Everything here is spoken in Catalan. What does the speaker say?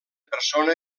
persona